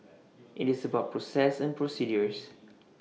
IT is about process and procedures